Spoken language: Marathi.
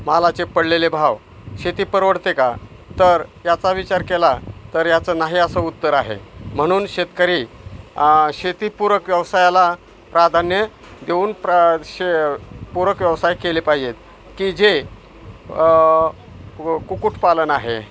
मालाचे पडलेले भाव शेती परवडते का तर याचा विचार केला तर याचं नाही असं उत्तर आहे म्हणून शेतकरी शेतीपूरक व्यवसायाला प्राधान्य देऊन प्र शे पूरक व्यवसाय केले पाहिजेत की जे कुक्कुटपालन आहे